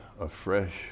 afresh